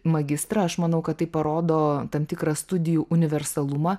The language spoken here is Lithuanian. magistrą aš manau kad tai parodo tam tikrą studijų universalumą